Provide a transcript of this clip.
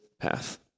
path